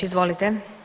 Izvolite.